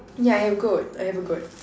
yeah I have goat I have a goat